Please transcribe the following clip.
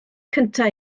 cyntaf